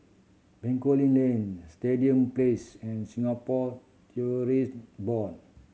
Bencoolen Link Stadium Place and Singapore Tourism Board